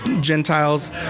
Gentiles